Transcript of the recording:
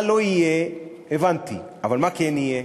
מה לא יהיה, הבנתי, אבל מה כן יהיה?